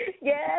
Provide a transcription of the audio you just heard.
Yes